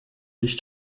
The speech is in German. dich